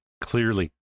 clearly